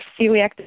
celiac